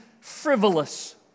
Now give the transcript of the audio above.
frivolous